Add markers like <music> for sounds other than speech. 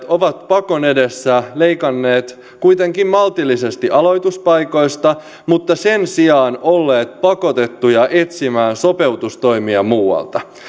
<unintelligible> ovat pakon edessä leikanneet kuitenkin maltillisesti aloituspaikoista mutta sen sijaan olleet pakotettuja etsimään sopeutustoimia muualta